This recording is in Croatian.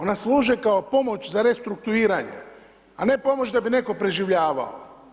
Ona služe kao pomoć za restrukturiranje, a ne pomoć da bi netko preživljavao.